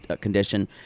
Condition